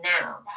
now